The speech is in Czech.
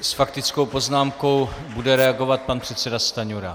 S faktickou poznámkou bude reagovat pan předseda Stanjura.